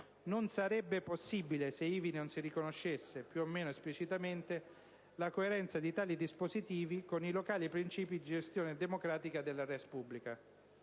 non sarebbe possibile se ivi non si riconoscesse - più o meno esplicitamente - la coerenza di tali dispositivi con i locali principi di gestione democratica della *res publica.*